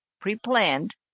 pre-planned